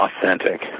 authentic